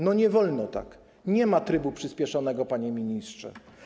No nie wolno tak, nie ma trybu przyspieszonego, panie ministrze.